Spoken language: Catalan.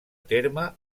terme